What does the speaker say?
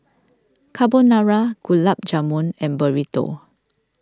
Carbonara Gulab Jamun and Burrito